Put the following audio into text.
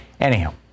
Anyhow